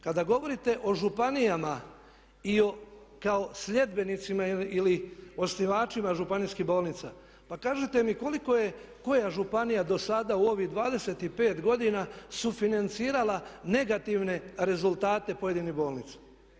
Kada govorite o županijama i o kao sljedbenicima ili osnivačima županijskih bolnica, pa kažite mi koliko je koja županija do sada u ovih 25 godina sufinancirala negativne rezultate pojedinih bolnica.